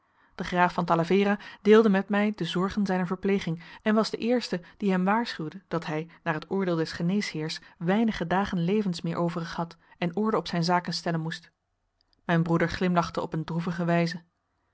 de graaf van talavera deelde met mij de zorgen zijner verpleging en was de eerste die hem waarschuwde dat hij naar het oordeel des geneesheers weinige dagen levens meer overig had en orde op zijn zaken stellen moest mijn broeder glimlachte op een droevige wijze